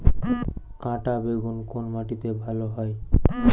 কাঁটা বেগুন কোন মাটিতে ভালো হয়?